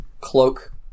cloak